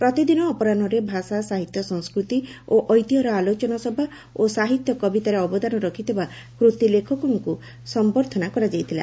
ପ୍ରତିଦିନ ଅପରାହୁରେ ଭାଷା ସାହିତ୍ୟ ସଂସ୍କୃତି ଓ ଐତିହ୍ୟର ଆଲୋଚନାସଭା ଓ ସାହିତ୍ୟ କବିତାରେ ଅବଦାନ ରଖିଥିବା କୃତି ଲେଖକଙ୍କୁ ସମ୍ମର୍ଦ୍ଧନା କରାଯାଇଥିଲା